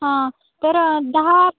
हां तर दहा